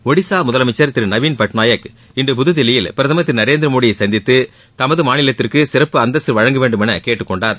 ஒடிசா முதலமைச்சர் திரு நவீள் பட்நாயக் இன்று புதுதில்லியில் பிரதமர் திரு நரேந்திரமோடியை சந்தித்து தமது மாநிலத்திற்கு சிறப்பு அந்தஸ்த்து வழங்க வேண்டும் என கேட்டுக் கொண்டார்